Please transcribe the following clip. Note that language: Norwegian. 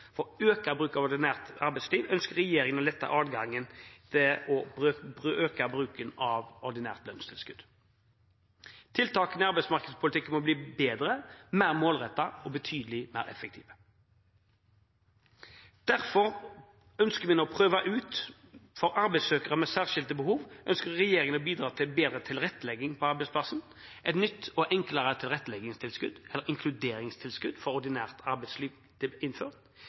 for å øke bruken av ordinært arbeidsliv ønsker regjeringen å lette adgangen til å øke bruken av ordinært lønnstilskudd. Tiltakene i arbeidsmarkedspolitikken må bli bedre, mer målrettede og betydelig mer effektive. Derfor ønsker regjeringen å bidra til bedre tilrettelegging på arbeidsplassen for arbeidssøkere med særskilte behov. Et nytt og enklere inkluderingstilskudd for ordinært arbeidsliv blir innført.